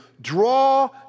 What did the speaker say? Draw